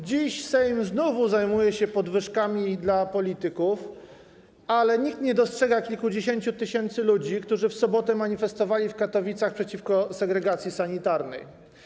Dziś Sejm znów zajmuje się podwyżkami dla polityków, ale nikt nie dostrzega kilkudziesięciu tysięcy ludzi, którzy w sobotę manifestowali w Katowicach przeciwko segregacji sanitarnej.